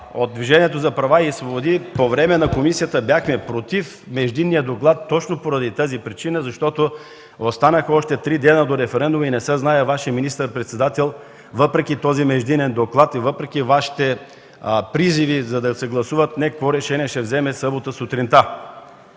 от Движението за права и свободи по време на комисията бяхме „против” междинния доклад точно поради тази причина, защото останаха още три дни до референдума и не се знае Вашият министър-председател, въпреки този междинен доклад и въпреки Вашите призиви да се гласува, какво решение ще вземе в събота сутринта.